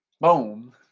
Boom